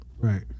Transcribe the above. Right